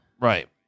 right